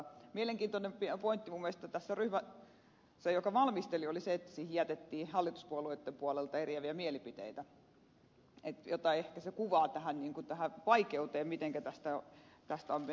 mielenkiintoinen pointti minun mielestäni tässä ryhmässä joka tätä valmisteli oli se että hallituspuolueitten puolelta jätettiin eriäviä mielipiteitä mikä ehkä kuvaa tätä vaikeutta mitenkä tästä on menty eteenpäin